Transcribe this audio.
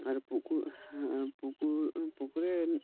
আর পুকুর পুকুর পুকুরের